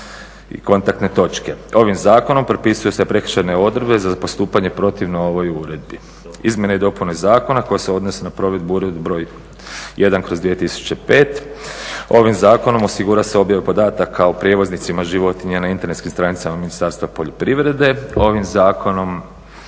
i kontaktne točke. Ovim zakonom propisuju se prekršajne odredbe za postupanje protivno ovoj uredbi. Izmjene i dopune zakona koje se odnose na provedbu Uredbe br. 1/2005., ovim zakonom osigurava se objava podataka o prijevoznicima životinja na internetskim stranicama Ministarstva poljoprivrede. Ovim zakonom